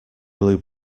blue